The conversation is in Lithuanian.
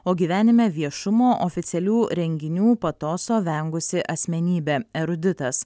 o gyvenime viešumo oficialių renginių patoso vengusi asmenybė eruditas